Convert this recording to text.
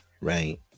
right